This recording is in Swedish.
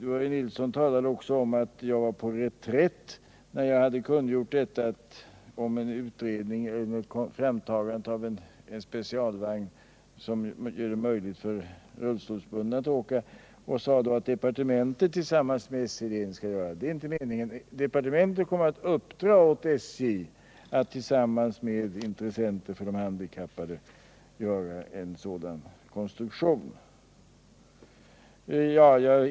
Börje Nilsson sade också att jag var på reträtt när jag hade kungjort att en utredning skulle göras om framtagandet av en specialvagn, i vilken rullstolsbundna kan åka. Han sade att departementet tillsammans med SJ-ledningen skall göra en sådan utredning. Det är inte meningen. Departementet kommer att uppdra åt SJ att tillsammans med representanter för de handikappade göra en sådan konstruktion.